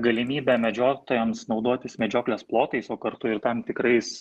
galimybę medžiotojams naudotis medžioklės plotais o kartu ir tam tikrais